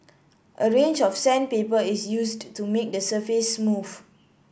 a range of sandpaper is used to make the surface smooth